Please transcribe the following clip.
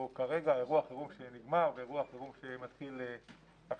כרגע אירוע החירום שנגמר ואירוע החירום שמתחיל עכשיו.